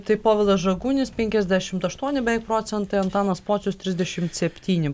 taip povilas žagunis penkiasdešimt aštuoni procentai antanas pocius trisdešimt septyni